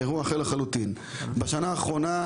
בשנה האחרונה,